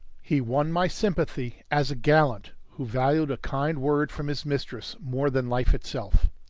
he won my sympathy as a gallant who valued a kind word from his mistress more than life itself.